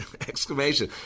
exclamation